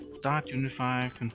start unifi and